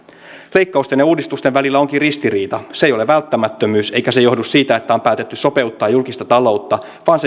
leikkausten ja uudistusten välillä onkin ristiriita se ei ole välttämättömyys eikä se johdu siitä että on päätetty sopeuttaa julkista taloutta vaan